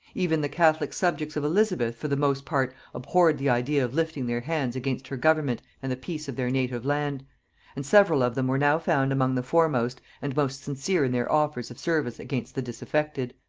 even the catholic subjects of elizabeth for the most part abhorred the idea of lifting their hands against her government and the peace of their native land and several of them were now found among the foremost and most sincere in their offers of service against the disaffected.